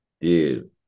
dude